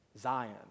Zion